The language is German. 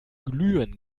glühen